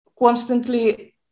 Constantly